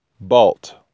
Balt